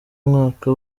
umwaka